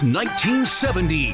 1970